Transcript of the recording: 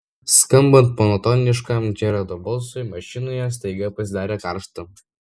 skambant monotoniškam džerardo balsui mašinoje staiga pasidarė karšta